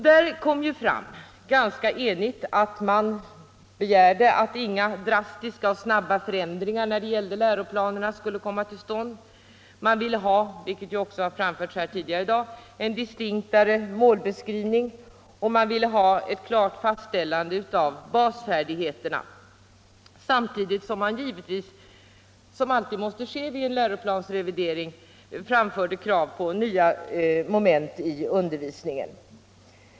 Det kom ju fram att man ganska enigt begärde att inga drastiska och snabba förändringar när det gällde läroplanerna skulle komma till stånd. Man ville ha — vilket också framförts här tidigare i dag — en distinktare målbeskrivning, och man ville ha ett klart fastställande av basfärdigheterna, samtidigt som man givetvis — som alltid måste ske vid en läroplans revidering — framförde krav på nya moment i undervisningen.